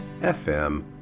FM